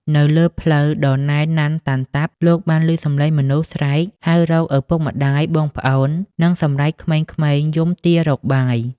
នៅលើផ្លូវដ៏ណែនណាន់តាន់តាប់ លោកបានឮសំឡេងមនុស្សស្រែកហៅរកឪពុកម្តាយ បងប្អូន និងសម្រែកក្មេងៗយំទាររកបាយ។